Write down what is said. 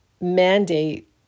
mandate